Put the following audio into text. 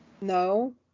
No